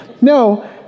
no